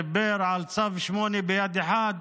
דיבר על צו 8 ביד אחת